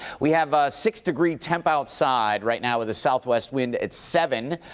we have ah six degree temp outside right now with a southwest wind at seven.